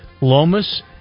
Lomas